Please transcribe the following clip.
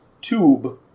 tube